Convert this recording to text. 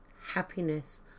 happiness